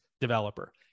developer